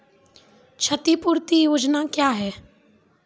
क्षतिपूरती योजना क्या हैं?